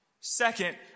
Second